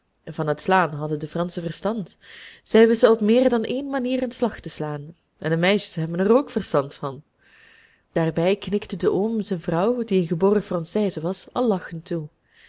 van het slaan hadden de franschen verstand zij wisten op meer dan één manier een slag te slaan en de meisjes hebben er ook verstand van daarbij knikte de oom zijn vrouw die een geboren française was al lachend toe